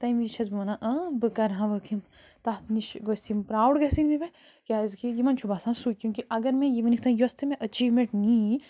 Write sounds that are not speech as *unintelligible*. تَمہِ وِزِ چھَس بہٕ وَنان بہٕ کَر ہاوَکھ یِم تَتھ نِش گٔژھۍ یِم پرٛاوُڈ گژھٕنۍ *unintelligible* کیٛازِکہِ یِمَن چھُ باسان سُے کیوٗنٛکہِ اگر مےٚ یہِ وٕنیُک تام یۄس تہِ مےٚ أچیٖومٮ۪نٛٹ نی